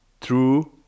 true